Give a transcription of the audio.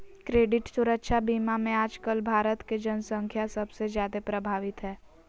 credit सुरक्षा बीमा मे आजकल भारत के जन्संख्या सबसे जादे प्रभावित हय